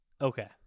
Okay